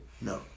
No